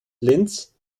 linz